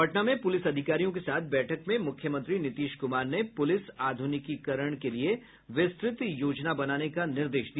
पटना में पुलिस अधिकारियों के साथ बैठक में मुख्यमंत्री नीतीश कुमार ने पुलिस आधुनिकीकरण के लिए विस्तृत योजना बनाने का निर्देश दिया